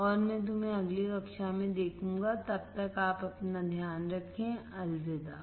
और मैं तुम्हें अगली कक्षा में देखूंगा तब तक आप ध्यान रखना अलविदा